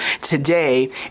today